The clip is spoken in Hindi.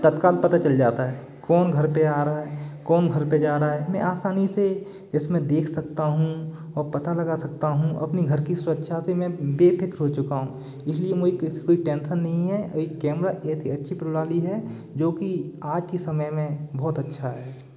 तत्काल पता चल जाता है कौन घर पर आ रहा है कौन घर पर जा रहा है मैं आसानी से इसमें देख सकता हूँ और पता लगा सकता हूँ अपने घर की सुरक्षा से मैं बेफिक्र हो चुका हूँ इसीलिए मुझे कोई टेंशन नहीं है एक कैमरा एक अच्छी प्रणाली है जो की आज के समय में बहुत अच्छा है